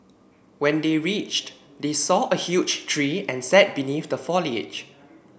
when they reached they saw a huge tree and sat beneath the foliage